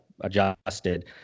adjusted